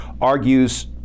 argues